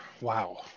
Wow